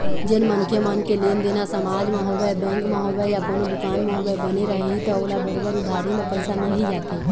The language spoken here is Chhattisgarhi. जेन मनखे मन के लेनदेन ह समाज म होवय, बेंक म होवय या कोनो दुकान म होवय, बने रइही त ओला बरोबर उधारी म पइसा मिल ही जाथे